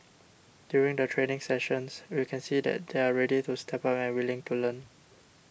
during the training sessions we can see that they're ready to step up and willing to learn